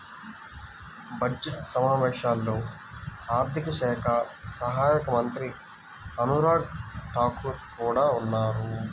budget సమావేశాల్లో ఆర్థిక శాఖ సహాయక మంత్రి అనురాగ్ ఠాకూర్ కూడా ఉన్నారు